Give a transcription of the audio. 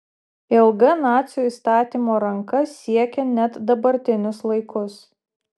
ilga nacių įstatymo ranka siekia net dabartinius laikus